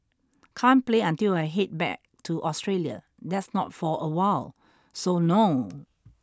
can't play until I head back to Australia that's not for awhile so no